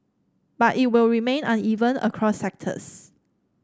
but it will remain uneven across sectors